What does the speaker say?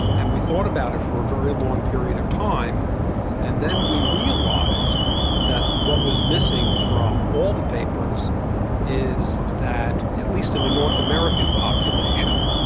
and we thought about it for a very long period of time and then we realised that what was missing from all the papers is that, at least in the north american population,